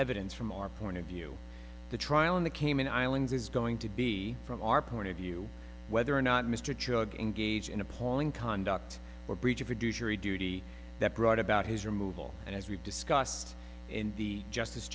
evidence from our point of view the trial in the cayman islands is going to be from our point of view whether or not mr judge engage in appalling conduct or breach of duty that brought about his removal and as we've discussed in the justice